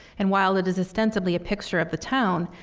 and while it is ostensibly a picture of the town,